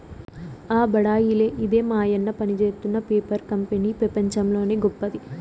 ఆ బడాయిలే ఇదే మాయన్న పనిజేత్తున్న పేపర్ కంపెనీ పెపంచంలోనే గొప్పది